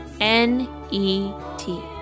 N-E-T